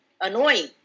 annoying